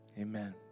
Amen